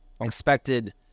expected